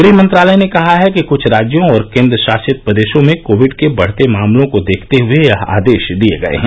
गृह मंत्रालय ने कहा है कि क्छ राज्यों और केन्द्र शासित प्रदेशों में कोविड के बढ़ते मामलों को देखते हए यह आदेश दिये गये हैं